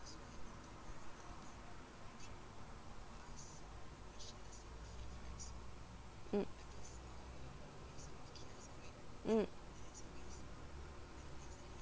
mm mm